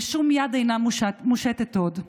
ושום יד אינה מושטת עוד.